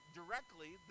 directly